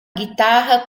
guitarra